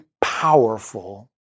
powerful